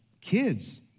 kids